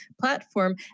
platform